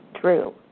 true